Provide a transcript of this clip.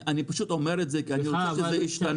אני פשוט אומר את זה כי אני רוצה שזה ישתנה.